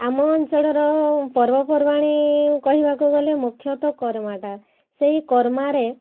ଆମ ଅଞ୍ଚଳର ପର୍ବପର୍ବାଣି କହିବାକୁ ଗଲେ ମୁଖ୍ୟତଃ କର୍ମାଟା ସେହି କର୍ମାରେ